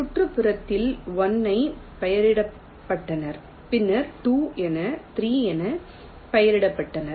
சுற்றுப்புறத்தில் 1 என பெயரிடப்பட்டனர் பின்னர் 2 என 3 என பெயரிடப்பட்டனர்